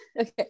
Okay